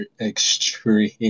extreme